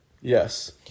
Yes